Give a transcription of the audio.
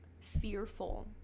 fearful